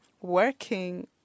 Working